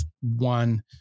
one